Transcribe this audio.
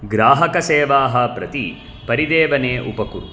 ग्राहकसेवाः प्रति परिदेवने उपकुरु